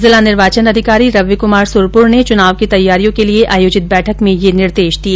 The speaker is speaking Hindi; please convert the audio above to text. जिला निर्वाचन अधिकारी रविक्मार सुरपुर ने चनाव की तैयारियों के लिए आयोजित बैठक में यह निर्देश दिए